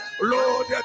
Lord